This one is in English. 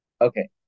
Okay